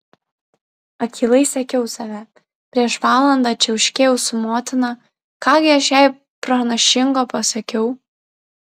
akylai sekiau save prieš valandą čiauškėjau su motina ką gi aš jai pranašingo pasakiau